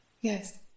Yes